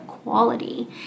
quality